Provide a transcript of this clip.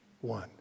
one